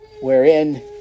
wherein